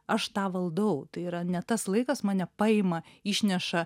aš tą valdau tai yra ne tas laikas mane paima išneša